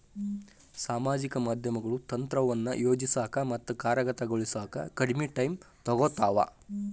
ಸಾಮಾಜಿಕ ಮಾಧ್ಯಮಗಳು ತಂತ್ರವನ್ನ ಯೋಜಿಸೋಕ ಮತ್ತ ಕಾರ್ಯಗತಗೊಳಿಸೋಕ ಕಡ್ಮಿ ಟೈಮ್ ತೊಗೊತಾವ